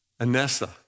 Anessa